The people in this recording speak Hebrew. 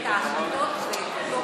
את ההחלטות, שהיה